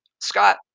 Scott